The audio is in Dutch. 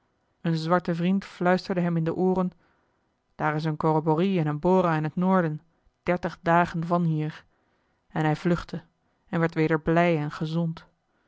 een zwarte vriend fluisterde hem in de ooren daar is een corroborrie en bora in het noorden dertig dagen van hier en hij vluchtte en werd weder blij en gezond